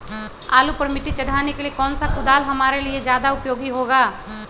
आलू पर मिट्टी चढ़ाने के लिए कौन सा कुदाल हमारे लिए ज्यादा उपयोगी होगा?